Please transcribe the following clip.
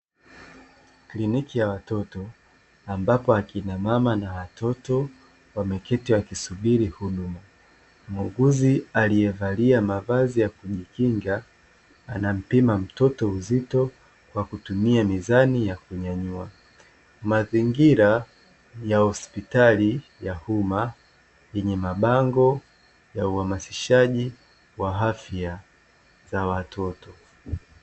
kliniki ya watoto, ambapo akina mama na watoto wameketi wakisubiri huduma, muuguzi aliyevalia mavazi ya kujikinga anampima mtoto uzito kwa kutumia mizani ya kunyanyua, mazingira ya hospitali ya umma yenye mabango ya uhamasishaji wa afya za watoto.